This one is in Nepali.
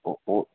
हु हु